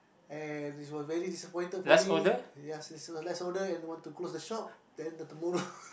and this was very disappointed for me yes it's the last order and want to close the shop then the tomorrow